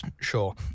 Sure